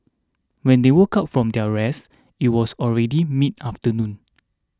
when they woke up from their rest it was already midafternoon